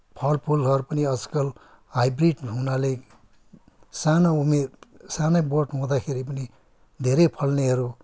फलफुलहरू पनि आजकल हाइब्रिड हुनाले सानो उमेर सानै बोट हुँदाखेरि पनि धेरै फल्नेहरू